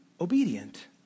obedient